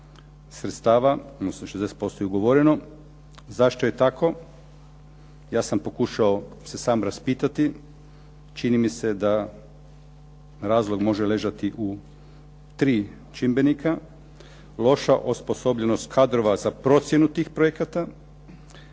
sredstava, odnosno 60% je ugovoreno. Zašto je tako? Ja sam pokušao se sam raspitati, čini mi se da razlog može ležati u tri čimbenika. Loša osposobljenost kadrova za procjenu tih projekata,